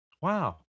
wow